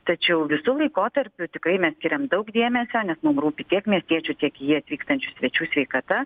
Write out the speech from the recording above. tačiau visu laikotarpiu tikrai mes skiriam daug dėmesio nes mum rūpi tiek miestiečių tiek į jį atvykstančių svečių sveikata